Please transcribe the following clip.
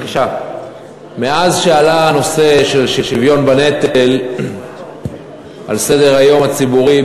מאז עלה הנושא של שוויון בנטל על סדר-היום הציבורי,